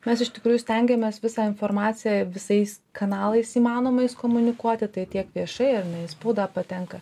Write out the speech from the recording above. mes iš tikrųjų stengiamės visą informaciją visais kanalais įmanomais komunikuoti tai tiek viešai ar ne į spaudą patenka